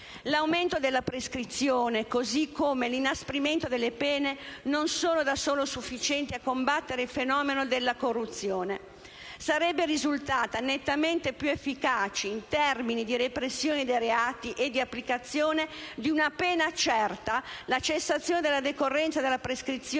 L'aumento della prescrizione, così come l'inasprimento delle pene, non sono da soli sufficienti a combattere il fenomeno della corruzione. Sarebbe risultata nettamente più efficace, in termini di repressione dei reati e di applicazione di una pena certa, la cessazione della decorrenza della prescrizione